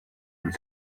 and